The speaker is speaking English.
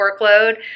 workload